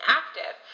active